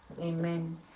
amen